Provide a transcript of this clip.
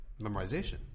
memorization